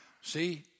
See